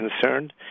concerned